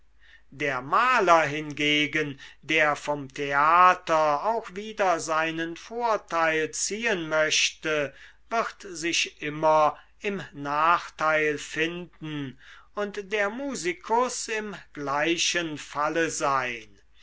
der maler hingegen der vom theater auch wieder seinen vorteil ziehen möchte wird sich immer im nachteil finden und der musikus im gleichen falle sein